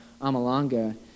Amalanga